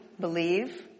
believe